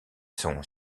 son